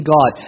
God